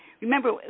Remember